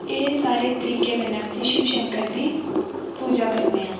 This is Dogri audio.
एह् सारे तरीके कन्नै अस शिव शकंर दी पूजा करने आं